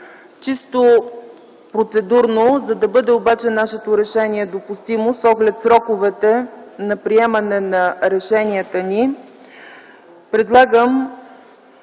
Чисто процедурно, за да бъде обаче нашето решение допустимо, с оглед сроковете на приемане на решенията ни, предлагам